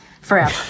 forever